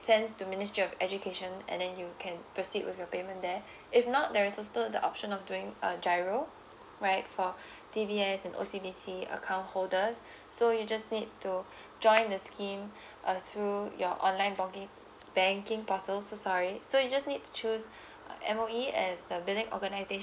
sent to ministry of education and then you can proceed with your payment there if not there is also the option of doing a giro right for dbs and ocbc account holders so you just need to join the scheme uh through your online bonking~ banking portal so sorry so you just need to choose M_O_E as the billing organization